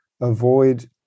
avoid